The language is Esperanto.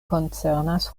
koncernas